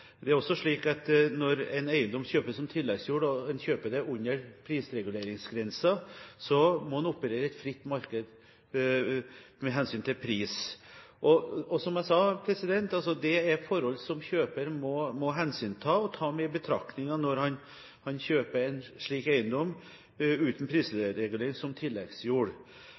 Det er også slik at når en eiendom kjøpes som tilleggsjord, og man kjøper den under prisreguleringsgrensen, må man operere i et fritt marked med hensyn til pris. Og, som jeg sa: Det er forhold som kjøper må ta med i betraktningen når han kjøper en eiendom uten prisregulering som tilleggsjord.